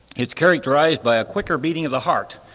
it's characterized by a quicker beating of the heart,